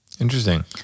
Interesting